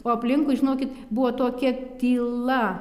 o aplinkui žinokit buvo tokia tyla